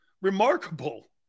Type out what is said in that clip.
Remarkable